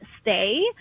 stay